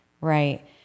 Right